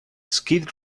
skid